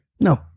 No